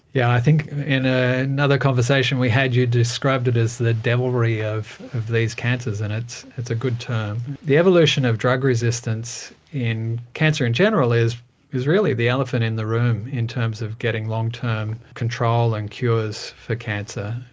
yeah i think in ah another conversation we had you described it as the devilry of these cancers and it's it's a good term. the evolution of drug resistance in cancer in general is is really the elephant in the room in terms of getting long-term control and cures for cancer.